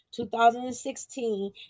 2016